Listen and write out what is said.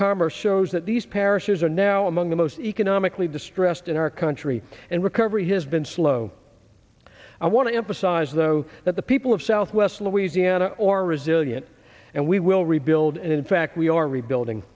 commerce shows that these parishes are now among the most economically distressed in our country and recovery has been slow i want to emphasize though that the people of southwest louisiana or resilient and we will rebuild and in fact we are rebuilding